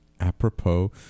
apropos